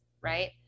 right